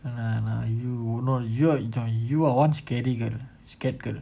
ah nah ah nah you no you are enjoying you are one scary girl scared girl